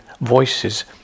voices